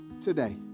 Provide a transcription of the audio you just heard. today